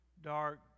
dark